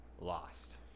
lost